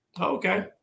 okay